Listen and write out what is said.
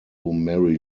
mary